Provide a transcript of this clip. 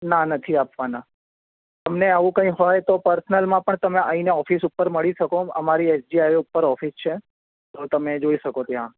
ના નથી આપવાના તમને આવું કંઈ હોઈ તો પર્સનલમાં પણ તમે આવીને ઓફિસ ઉપર મળી શકો અમારી એસ જી હાઇવે ઉપર ઓફિસ છે તો તમે જોઈ શકો ત્યાં